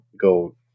go